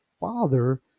father